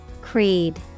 Creed